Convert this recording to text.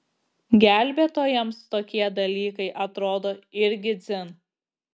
gelbėtojams tokie dalykai atrodo irgi dzin